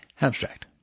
Abstract